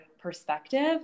perspective